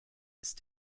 ist